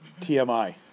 TMI